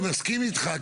אבל, אני מסכים איתך.